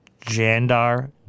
Jandar